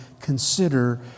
consider